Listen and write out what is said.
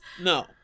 No